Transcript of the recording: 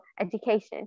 education